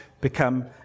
become